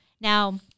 Now